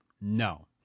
no